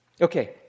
Okay